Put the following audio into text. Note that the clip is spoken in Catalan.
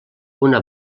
una